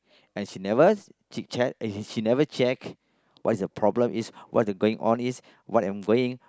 and she never she never check what's the problem is what the going on is what I'm doing